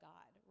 God